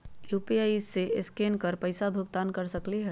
UPI से scan कर पईसा भुगतान कर सकलीहल?